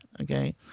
Okay